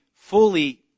Fully